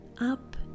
up